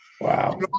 Wow